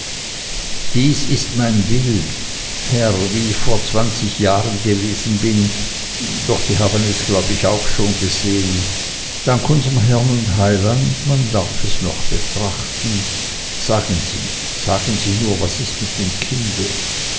dies ist mein bild herr wie ich vor zwanzig jahren gewesen bin doch sie haben es glaub ich auch schon gesehen dank unserm herren und heiland man darf es noch betrachten sagen sie nur was ist es mit dem kinde